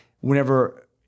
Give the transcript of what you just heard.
whenever